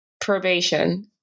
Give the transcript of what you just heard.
probation